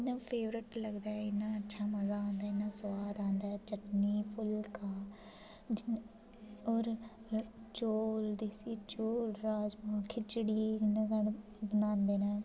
इ'न्ना फेवरेट लगदा ऐ इ'न्ना अच्छा मज़ा आंदा ऐ इ'न्ना सोआद आंदा ऐ चटनी फुल्का जि'यां होर चोल देसी चोल होर राजमांह् खिचड़ी इ'न्ना साढ़े बनांदे न